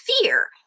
fear